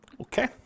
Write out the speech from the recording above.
Okay